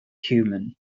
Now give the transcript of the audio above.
human